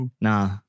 Nah